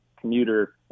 commuter